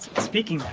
speaking there,